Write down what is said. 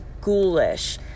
ghoulish